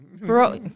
Bro